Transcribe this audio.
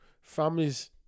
Families